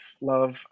love